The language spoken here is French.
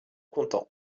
content